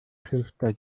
schlächter